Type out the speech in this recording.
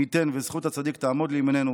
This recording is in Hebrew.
מי ייתן וזכות הצדיק תעמוד לימיננו,